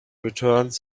returned